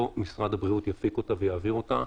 לא משרד הבריאות יפיק אותה ויעביר אותה?